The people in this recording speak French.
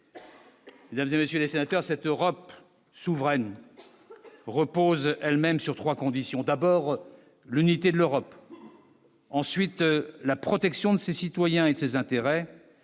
défaut. Il a dirigé les sénateurs cette Europe souveraine repose elle-même sur 3 conditions : d'abord l'unité de l'Europe, ensuite, la protection de ses citoyens et ses intérêts,